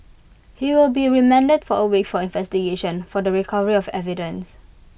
he will be remanded for A week for investigation for the recovery of evidence